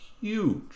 huge